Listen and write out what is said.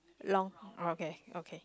long okay okay